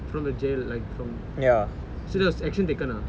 from the jail like from so there was action taken ah